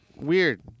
weird